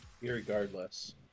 Regardless